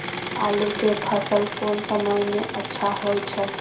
आलू के फसल कोन समय में अच्छा होय छै?